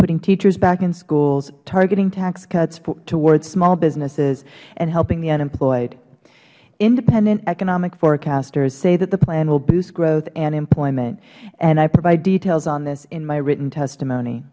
putting teachers back in schools targeting tax cuts towards small businesses and helping the unemployed independent economic forecasters say the plan will boost growth and employment i provide details on this in my written testimony